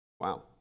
Wow